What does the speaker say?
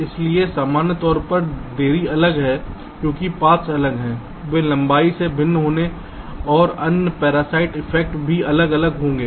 इसलिए सामान्य तौर पर देरी अलग है क्योंकि पाथ्स अलग हैं वे लंबाई में भिन्न होंगे और अन्य पैरासाइट इफेक्ट भी अलग अलग होंगे